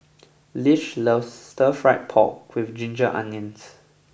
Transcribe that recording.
Lish loves Stir Fry Pork with Ginger Onions